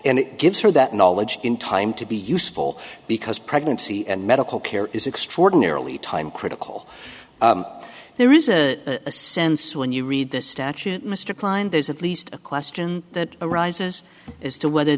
and it gives her that knowledge in time to be useful because pregnancy and medical care is extraordinarily time critical there is a sense when you read this statute mr klein there's at least a question that arises as to whether